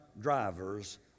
Drivers